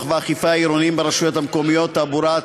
והאכיפה העירוניים ברשויות המקומיות (תעבורה),